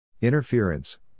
Interference